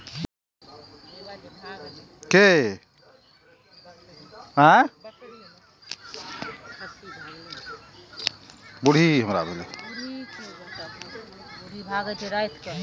भूमि विकास बैंक एकटा विशिष्ट तरहक अर्ध व्यावसायिक बैंक होइ छै